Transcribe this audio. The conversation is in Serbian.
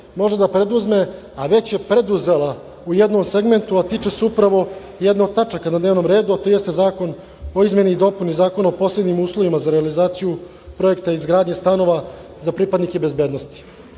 može da preduzme, a već je preduzela u jednom segmentu, a tiče se upravo jedne od tačaka na dnevnom redu, a to jeste Zakon o izmeni i dopuni Zakona o posebnim uslovima za realizaciju projekta izgradnje stanova za pripadnike bezbednosti. Mi